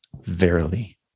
Verily